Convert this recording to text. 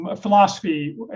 Philosophy